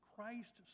christ